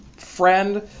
friend